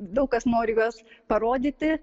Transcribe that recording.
daug kas nori juos parodyti